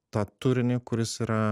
tą turinį kuris yra